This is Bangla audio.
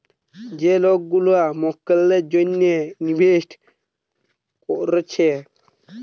যে লোক গুলা মক্কেলদের জন্যে ইনভেস্ট কোরছে